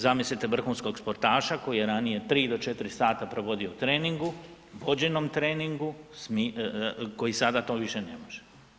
Zamislite vrhunskog sportaša koji je ranije 3 do 4 sata provodio u treningu, vođenom treningu, koji sada to više ne može.